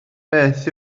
beth